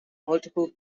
multiple